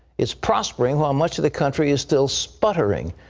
it's prospering while much of the country is still sputtering.